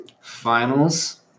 finals